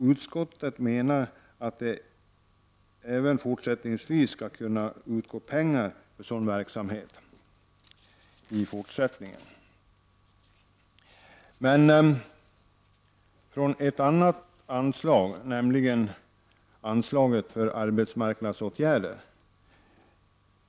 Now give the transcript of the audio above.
Utskottet menar att det skall kunna utgå pengar för sådan verksamhet även i fortsättningen, men från ett annat anslag, nämligen anslaget för arbetsmarknadsåtgärder.